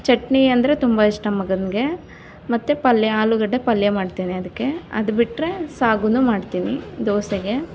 ಚಟ್ನಿ ಅಂದರೆ ತುಂಬ ಇಷ್ಟ ಮಗನಿಗೆ ಮತ್ತೆ ಪಲ್ಯ ಆಲೂಗಡ್ಡೆ ಪಲ್ಯ ಮಾಡ್ತೇನೆ ಅದಕ್ಕೆ ಅದು ಬಿಟ್ಟರೆ ಸಾಗುನೂ ಮಾಡ್ತೀನಿ ದೋಸೆಗೆ